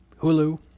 Hulu